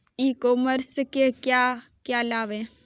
ई commerce से क्या क्या लाभ हैं?